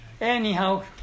Anyhow